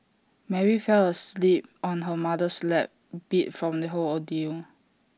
Mary fell asleep on her mother's lap beat from the whole ordeal